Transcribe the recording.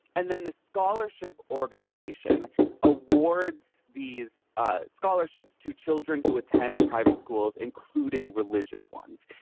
and then the scholarship organization awards these ah scholarships to children who attend private schools, including religious ones.